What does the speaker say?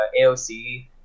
AOC